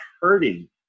hurting